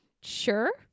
sure